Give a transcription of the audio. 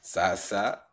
Sasa